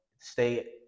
stay